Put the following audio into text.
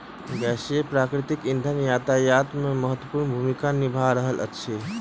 गैसीय प्राकृतिक इंधन यातायात मे महत्वपूर्ण भूमिका निभा रहल अछि